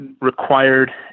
required